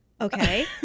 Okay